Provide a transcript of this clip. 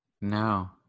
No